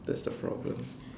that's the problem